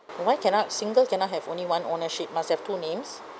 why cannot single cannot have only one ownership must have two names